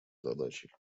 задачей